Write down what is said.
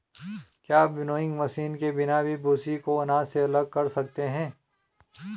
क्या winnowing machine के बिना भी भूसी को अनाज से अलग कर सकते हैं?